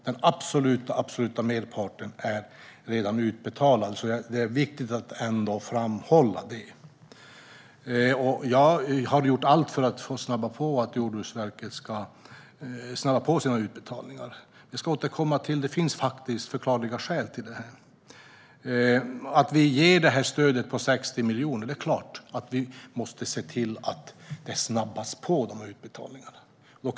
Den absoluta merparten har redan betalats ut, vilket är viktigt att framhålla. Jag har gjort allt för att få Jordbruksverket att snabba på sina utbetalningar. Det finns dock förklarliga skäl, vilket jag ska återkomma till. När vi ger ett stöd på 60 miljoner måste vi självklart också se till att utbetalningarna snabbas på.